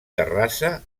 terrassa